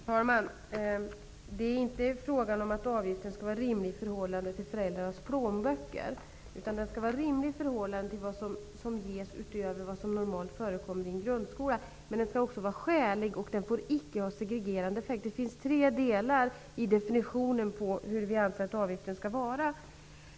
Herr talman! Det är inte fråga om att avgiften skall vara rimlig i förhållande till föräldrarnas plånböcker, utan den skall vara rimlig i förhållande till vad som ges utöver vad som normalt förekommer i en grundskola. Men den skall också vara skälig, och den får icke ha segregerande effekt. Det finns tre delar i definitionen av hurdan vi anser att avgiften skall vara.